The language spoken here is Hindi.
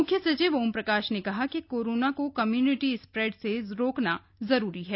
मुख्य सचिव ओम प्रकाश ने कहा कि कोरोना को कम्यूनिटी स्प्रेड से रोकना जरूरी है